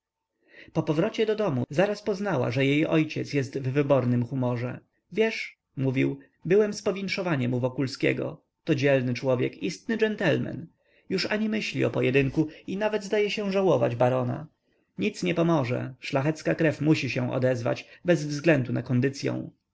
po powrocie do domu zaraz poznała że jej ojciec jest w wybornym humorze wiesz mówił byłem z powinszowaniem u wokulskiego to dzielny człowiek istotny dżentlmen już ani myśli o pojedynku i nawet zdaje się żałować barona nic nie pomoże szlachecka krew musi się odezwać bez względu na kondycyą